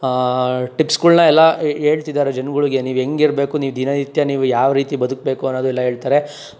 ಟಿಪ್ಸ್ಗಳನ್ನ ಎಲ್ಲ ಹೇಳ್ತಿದ್ದಾರೆ ಜನಗಳ್ಗೆ ನೀವು ಹೆಂಗೆ ಇರಬೇಕು ನೀವು ದಿನನಿತ್ಯ ನೀವು ಯಾವ ರೀತಿ ಬದುಕಬೇಕು ಅನ್ನೋದು ಎಲ್ಲ ಹೇಳ್ತಾರೆ